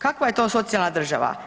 Kakva je to socijalna država?